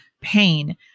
pain